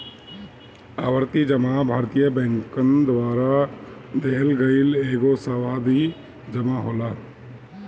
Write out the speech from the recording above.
आवर्ती जमा भारतीय बैंकन द्वारा देहल गईल एगो सावधि जमा होला